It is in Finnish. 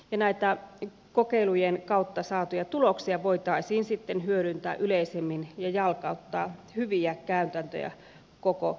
ja näitä kokeilujen kautta saatuja tuloksia voitaisiin sitten hyödyntää yleisemmin ja jalkauttaa hyviä käytäntöjä koko kuntakentälle